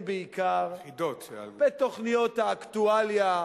בעיקר בתוכניות האקטואליה,